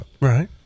Right